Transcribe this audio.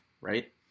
right